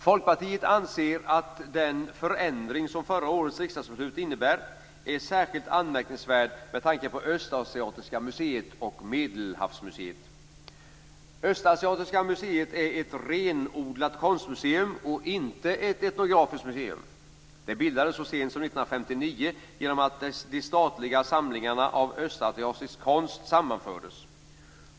Folkpartiet anser att den förändring som förra årets riksdagsbeslut innebär är särskilt anmärkningsvärd med tanke på Östasiatiska museet och Medelhavsmuseet. Östasiatiska museet är ett renodlat konstmuseum och inte ett etnografiskt museum. Det bildades så sent som 1959 genom att de statliga samlingarna av östasiatisk konst sammanfördes.